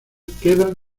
quedan